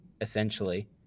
essentially